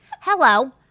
hello